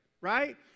right